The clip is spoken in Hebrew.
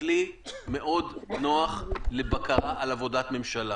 כלי מאוד נוח לבקרה על עבודת ממשלה.